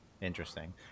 Interesting